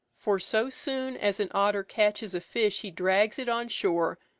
for so soon as an otter catches a fish he drags it on shore,